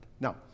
Now